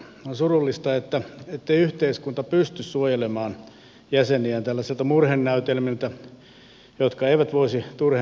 on surullista ettei yhteiskunta pysty suojelemaan jäseniään tällaisilta murhenäytelmiltä jotka eivät voisi turhempia olla